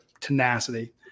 tenacity